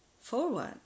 forward